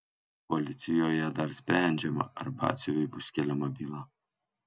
policijoje dar sprendžiama ar batsiuviui bus keliama byla